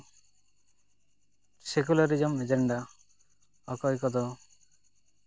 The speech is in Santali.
ᱥᱮᱠᱩᱞᱟᱨᱤᱡᱚᱢ ᱮᱡᱮᱱᱰᱟ ᱚᱠᱚᱭ ᱠᱚᱫᱚ